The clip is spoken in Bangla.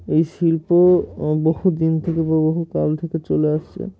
এই শিল্প বহুদিন থেকে বা বহুকাল থেকে চলে আসছে